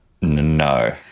No